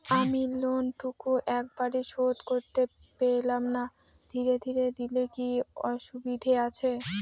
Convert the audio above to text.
আমি লোনটুকু একবারে শোধ করতে পেলাম না ধীরে ধীরে দিলে কি অসুবিধে আছে?